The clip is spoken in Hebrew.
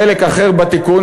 חלק אחר בתיקון,